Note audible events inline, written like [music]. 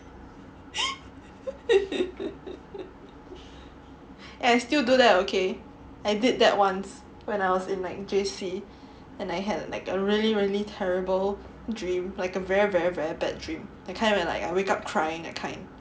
[laughs] eh I still do that okay I did that once when I was in like J_C and I had like a really really terrible dream like a very very very bad dream that kind like when I wake up crying that kind